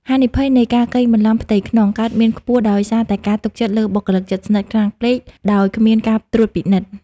ហានិភ័យនៃ "ការកេងបន្លំផ្ទៃក្នុង" កើតមានខ្ពស់ដោយសារតែការទុកចិត្តលើបុគ្គលិកជិតស្និទ្ធខ្លាំងពេក ដោយគ្មានការត្រួតពិនិត្យ។